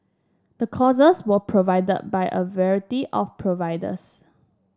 the courses were provided by a variety of providers